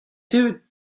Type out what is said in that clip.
deuet